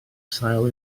sail